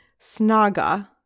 Snaga